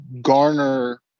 garner